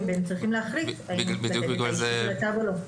והם צריכים להחליט האם לתת את הצו או לא.